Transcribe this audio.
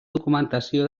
documentació